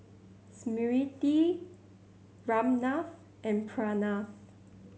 Smriti Ramnath and Pranav